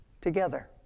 together